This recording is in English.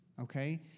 Okay